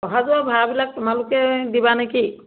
অহা যোৱা ভাড়াবিলাক তোমালোকে দিবা নেকি